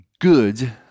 good